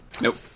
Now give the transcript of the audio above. Nope